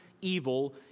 evil